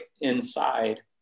inside